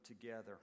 together